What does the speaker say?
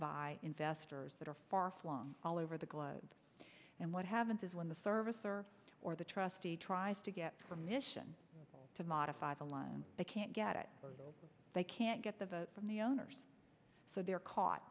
by investors that are far flung all over the globe and what happens is when the servicer or the trustee tries to get permission to modify the loan they can't get it they can't get the votes from the owners so they're caught